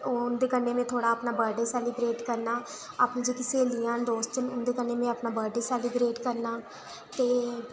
उं'दे कन्नै थोह्ड़ा में अपना बर्थ डे सैलिबरेट करना अपनी जेह्की सेह्लियां न दोस्त न उं'दे कन्नै बर्थ डे सैलिबरेट करना